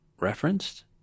referenced